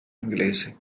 inglese